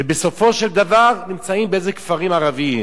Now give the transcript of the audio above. ובסופו של דבר נמצאות באיזה כפרים ערביים.